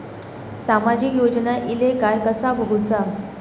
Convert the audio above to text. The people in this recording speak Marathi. सामाजिक योजना इले काय कसा बघुचा?